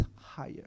higher